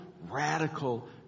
radical